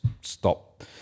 stop